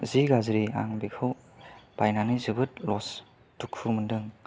जि गाज्रि आं बिखौ बायनानै जोबोत लस दुखु मोनदों